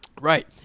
Right